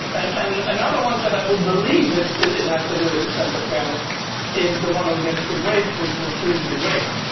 and and another one said i would believe it it has to do with a sense of fairness if the one who gets the grape would refuse the grape.